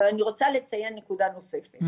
אבל אני רוצה לציין נקודה נוספת,